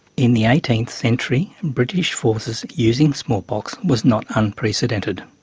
in the eighteenth century, british forces using smallpox was not unprecedented.